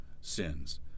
sins